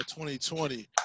2020